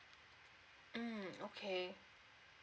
mm okay